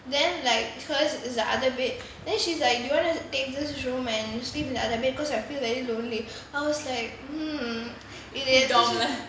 then like because there's another bed then she's like you want to take this room and sleep in the other bed because I feel very lonely I was like hmm